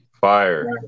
fire